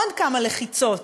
עוד כמה לחיצות.